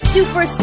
Super